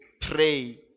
pray